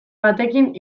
batekin